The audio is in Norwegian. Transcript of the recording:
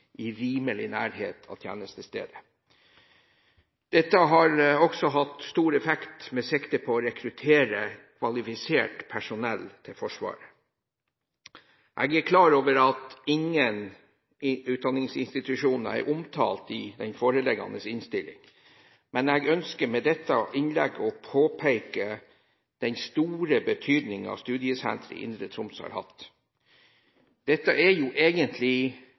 i rimelig nærhet til tjenestestedet, som kan dekke behovene på en tilfredsstillende måte. Dette har også hatt stor effekt når det gjelder å rekruttere kvalifisert personell til Forsvaret. Jeg er klar over at ingen utdanningsinstitusjoner er omtalt i den foreliggende innstillingen, men jeg ønsker med dette innlegget å påpeke den store betydningen studiesenteret i Indre Troms har hatt. Dette er egentlig